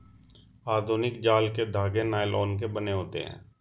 आधुनिक जाल के धागे नायलोन के बने होते हैं